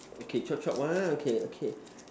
okay chop chop one okay okay